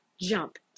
jump